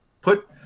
put